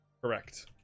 Correct